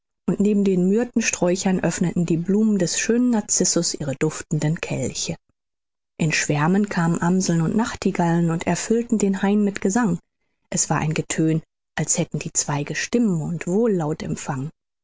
und neben den myrthensträuchern öffneten die blumen des schönen narcissus ihre duftenden kelche in schwärmen kamen amseln und nachtigallen und erfüllten den hain mit gesang es war ein getön als hätten die zweige stimmen und wohllaut